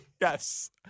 Yes